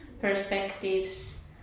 perspectives